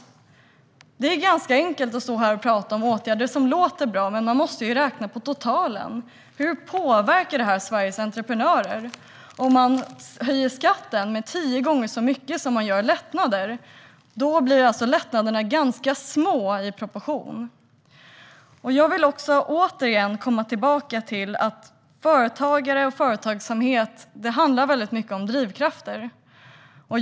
Det är ganska enkelt att stå här och prata om åtgärder som låter bra, men man måste ju räkna på totalen. Hur påverkar det här Sveriges entreprenörer? Om man höjer skatten tio gånger så mycket som man gör lättnader blir lättnaderna ganska små i proportion. Jag vill också återigen komma tillbaka till att företagare och företagsamhet handlar väldigt mycket om drivkrafter.